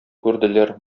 күрделәр